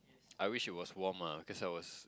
I wish it was warm ah cause I was